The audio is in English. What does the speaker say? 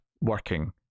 working